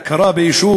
כן להכרה ביישובים.